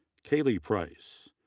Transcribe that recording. kaley price,